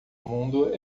mundo